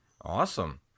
Awesome